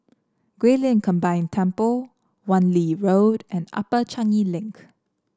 Guilin Combined Temple Wan Lee Road and Upper Changi Link